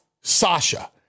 Sasha